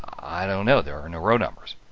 i don't know, there are no row numbers.